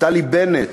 נפתלי בנט,